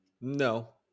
No